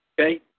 Okay